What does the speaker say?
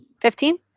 Fifteen